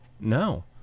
no